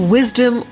Wisdom